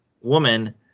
woman